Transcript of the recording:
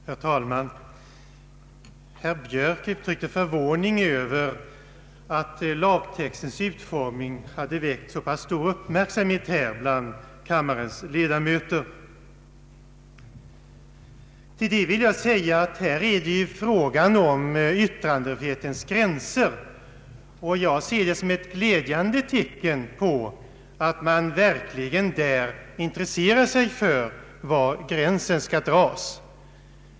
Herr talman! Herr Björk uttryckte förvåning över att lagtextens utformning hade väckt så stor uppmärksamhet bland kammarens ledamöter. Jag vill då framhålla att här är det fråga om yttrandefrihetens gränser, och jag ser det som ett glädjande tecken att man verkligen intresserar sig för var gränsen skall dras.